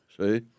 See